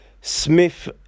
Smith